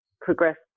progressed